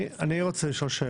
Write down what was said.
אני רוצה להבין את סדר הדברים